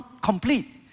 complete